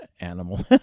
animal